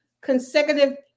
consecutive